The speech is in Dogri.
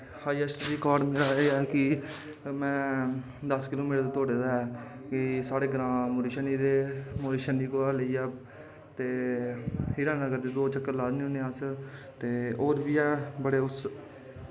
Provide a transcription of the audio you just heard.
हाईऐस्ट रिकार्ड़ मेरा एह् ऐ कि में दस किलो मीटर दौड़े दा ऐ साढ़े ग्रांऽ छन्नी कोला दा लेइयै ते हीरा नगर दे दो चक्कर लाई ओड़ने होन्ने अस ते होर बी ऐ बट उस